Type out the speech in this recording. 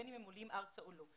בין אם עולים ארצה או לא.